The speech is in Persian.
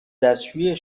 دستشویی